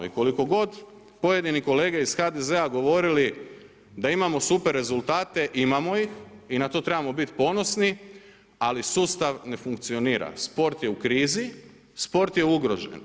I koliko god pojedini kolege iz HDZ-a govorili da imamo super rezultate, imamo ih i na to trebamo biti ponosni ali sustav ne funkcionira, sport je u krizi, sport je ugrožen.